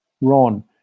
ron